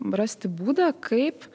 rasti būdą kaip